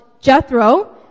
Jethro